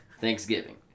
Thanksgiving